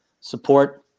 support